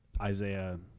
Isaiah